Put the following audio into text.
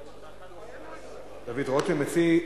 מה פתאום, אני.